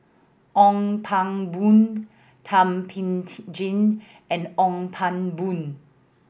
Ong Pang Boon Thum Ping T jin and Ong Pang Boon